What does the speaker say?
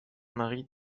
marie